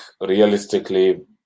realistically